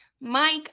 Mike